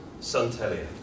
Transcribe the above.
suntelia